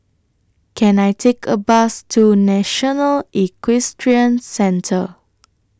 Can I Take A Bus to National Equestrian Centre